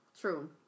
True